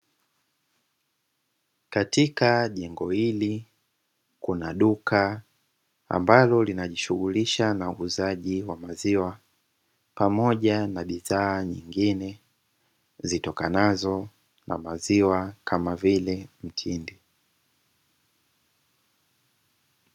Katika jengo hili, kuna duka ambalo linajishughulisha na uuzaji wa maziwa, pamoja na bidhaa nyingine zitokanazo na maziwa kama vile mtindi.